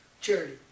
charity